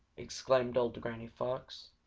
exclaimed old granny fox,